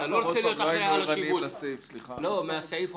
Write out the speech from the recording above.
אבל הסיפא